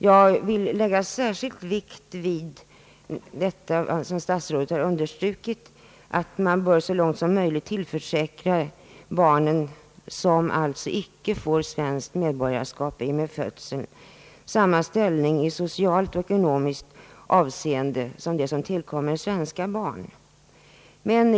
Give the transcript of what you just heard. Jag lägger särskilt vikt vid att statsrådet har understrukit att man så långt möjligt bör tillförsäkra barn, som inte får svenskt medborgarskap i och med födseln, samma ställning i socialt och ekonomiskt avseende som svenska barn har.